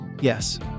Yes